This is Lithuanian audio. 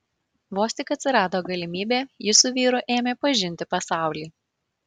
vos tik atsirado galimybė ji su vyru ėmė pažinti pasaulį